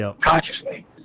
consciously